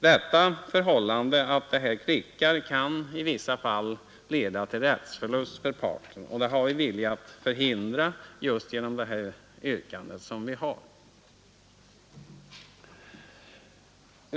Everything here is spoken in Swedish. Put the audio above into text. Det förhållandet att detta klickar kan i vissa fall leda till rättsförlust för parten, och det har vi velat förhindra genom vårt yrkande.